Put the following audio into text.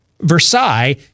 Versailles